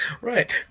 Right